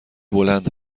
بلند